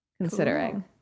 considering